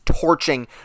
torching